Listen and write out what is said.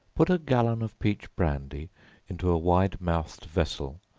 put a gallon of peach brandy into a wide-mouthed vessel,